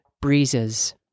breezes